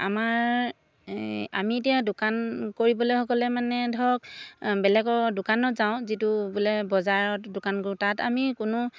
আমাৰ এই আমি এতিয়া দোকান কৰিবলৈ গ'লে মানে ধৰক বেলেগৰ দোকানত যাওঁ যিটো বোলে বজাৰত দোকান কৰোঁ তাত আমি কোনো